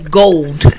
gold